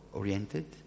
oriented